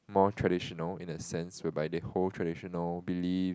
more traditional in the sense whereby they hold traditional beliefs